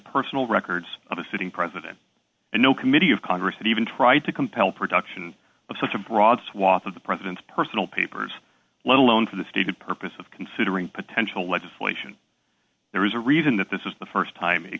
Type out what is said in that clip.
personal records of a sitting president and no committee of congress and even tried to compel production of such a broad swath of the president's personal papers let alone for the stated purpose of considering potential legislation there is a reason that this is the st time